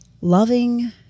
loving